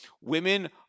women